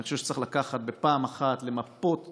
אני חושב שצריך לקחת בפעם אחת, למפות ולהגיד: